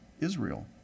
Israel